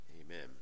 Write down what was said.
Amen